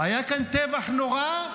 היה כאן טבח נורא,